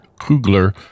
Kugler